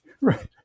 Right